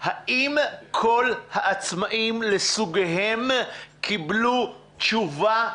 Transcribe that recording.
האם כל העצמאים לסוגיהם קיבלו תשובה